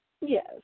Yes